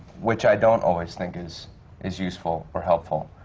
which i don't always think is is useful or helpful.